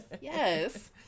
Yes